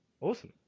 Awesome